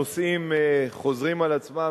הנושאים חוזרים על עצמם.